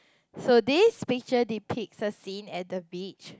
so this picture depict the scene at the beach